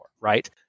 right